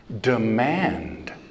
Demand